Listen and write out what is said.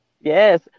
Yes